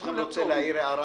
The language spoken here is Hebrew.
אני, ברשותכם, רוצה להעיר הערת